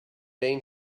been